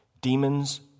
demons